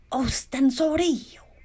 ostensorio